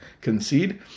concede